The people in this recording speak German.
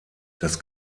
das